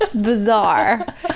Bizarre